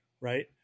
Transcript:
Right